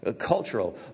cultural